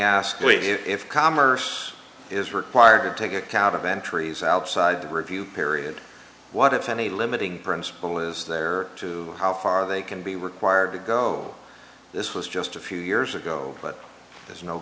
you if commerce is required to take account of entries outside the review period what if any limiting principle is there to how far they can be required to go this was just a few years ago but there's no